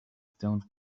stones